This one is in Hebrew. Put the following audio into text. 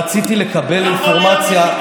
רציתי לקבל אינפורמציה,